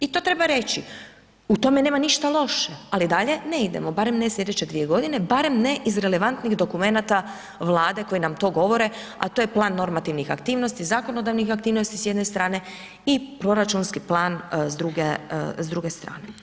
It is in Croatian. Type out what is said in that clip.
I to treba reći, u tome nema ništa loše ali dalje ne idemo, barem ne slijedeće 2 g., barem ne iz relevantnih dokumenata Vlade koji nam to govore a to je plan normativnih aktivnosti, zakonodavnih aktivnosti s jedne strane i proračunski plan s druge strane.